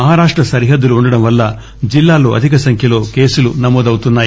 మహారాష్ట సరిహద్దులు ఉండడం వల్ల జిల్లాలో అధిక సంఖ్యలో కేసులు నమోదౌతున్నాయి